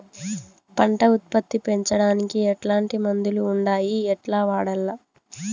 పంట ఉత్పత్తి పెంచడానికి ఎట్లాంటి మందులు ఉండాయి ఎట్లా వాడల్ల?